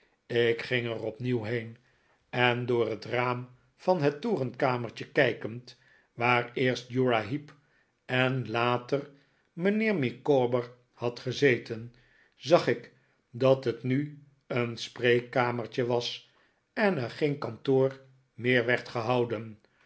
ik ging er opnieuw heen en door het raam van het torenkamertje kijkend waar eerst uriah heep en later mijnheer micawber had gezeten zag ik dat het nu een spreekkamertje was en er geen kantoor meer werd gehouden